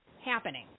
happening